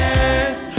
Yes